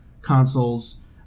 consoles